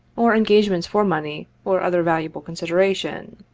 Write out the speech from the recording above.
or engagements for money or other valuable consideration.